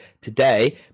today